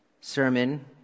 sermon